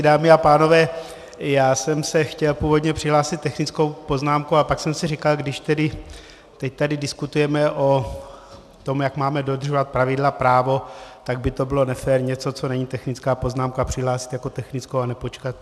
Dámy a pánové, já jsem se chtěl původně přihlásit technickou poznámkou a pak jsem si říkal, když tedy teď tady diskutujeme o tom, jak máme dodržovat pravidla právo, tak by to bylo nefér něco, co není technická poznámka, přihlásit jako technickou a nepočkat.